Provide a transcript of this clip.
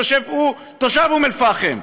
שהוא תושב אום אלפחם,